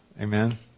Amen